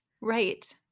Right